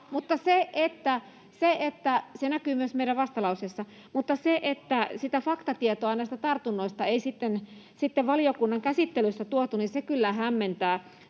Se näkyy myös meidän vastalauseessa. Mutta se, että sitä faktatietoa näistä tartunnoista ei sitten valiokunnan käsittelyssä tuotu, kyllä hämmentää.